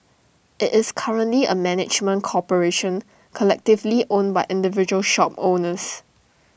IT is currently A management corporation collectively owned by individual shop owners